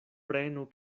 prenu